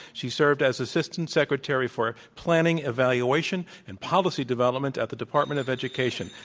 she's served as assistant secretary for planning evaluation and policy development at the department of education.